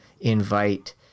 invite